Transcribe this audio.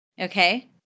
Okay